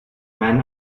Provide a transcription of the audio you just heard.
man